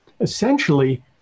essentially